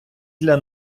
для